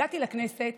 הגעתי לכנסת